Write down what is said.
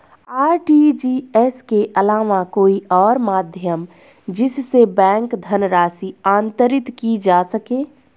RTGS के अलावा कोई और माध्यम जिससे बैंक धनराशि अंतरित की जा सके?